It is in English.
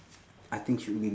I think should be